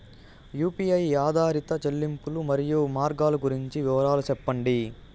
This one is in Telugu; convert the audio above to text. యు.పి.ఐ ఆధారిత చెల్లింపులు, మరియు మార్గాలు గురించి వివరాలు సెప్పండి?